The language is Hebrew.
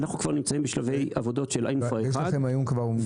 אנחנו כבר נמצאים בשלבי עבודות של האינפרה 1. יש לכם היום כבר אומדן?